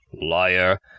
Liar